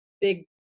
big